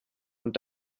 und